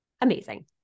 amazing